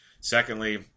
Secondly